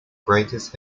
greatest